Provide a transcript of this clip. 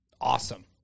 awesome